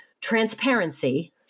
transparency